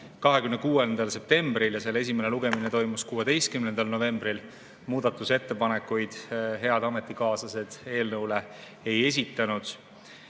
26. septembril ja selle esimene lugemine toimus 16. novembril. Muudatusettepanekuid head ametikaaslased eelnõu kohta